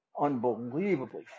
unbelievably